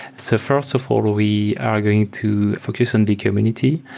so first of all, we are going to focus on the community.